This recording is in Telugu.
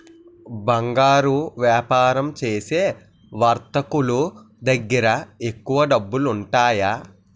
బంగారు వ్యాపారం చేసే వర్తకులు దగ్గర ఎక్కువ డబ్బులుంటాయి